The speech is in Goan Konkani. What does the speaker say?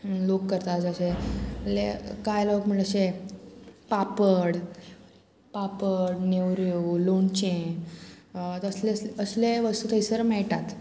लोक करतात जशे कांय लोक म्हणल्याशे पापड पापड नेवऱ्यो लोणचें तसले असले वस्तू थंयसर मेळटात